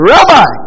Rabbi